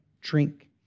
drink